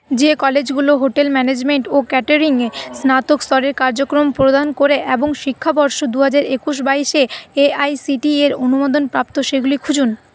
যে কলেজগুলো hotel management ও ক্যাটারিঙে স্নাতক স্তরের কার্যক্রম প্রদান করে এবং শিক্ষাবর্ষ দু হাজার একুশ বাইশে এ আই সি টি ইএর অনুমোদন প্রাপ্ত সেগুলি খুঁজুন